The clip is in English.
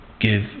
give